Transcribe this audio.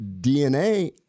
DNA